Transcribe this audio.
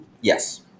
Yes